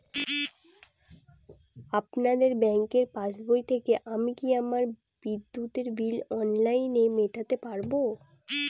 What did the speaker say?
আপনাদের ব্যঙ্কের পাসবই থেকে আমি কি আমার বিদ্যুতের বিল অনলাইনে মেটাতে পারবো?